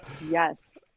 Yes